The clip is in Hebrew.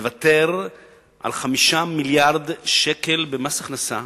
לוותר על 5 מיליארדי שקלים במס הכנסה